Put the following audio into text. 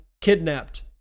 kidnapped